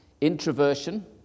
Introversion